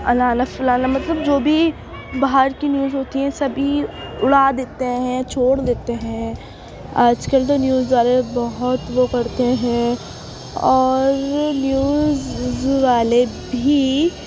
الانا فلانا مطلب جو بھی باہر کی نیوز ہوتی ہیں سبھی اڑا دیتے ہیں چھوڑ دیتے ہیں آج کل تو نیوز والے بہت وہ کرتے ہیں اور نیوز والے بھی